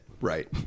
Right